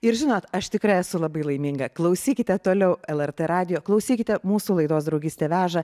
ir žinot aš tikrai esu labai laiminga klausykite toliau lrt radijo klausykite mūsų laidos draugystė veža